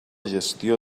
gestió